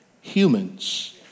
humans